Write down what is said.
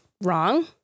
wrong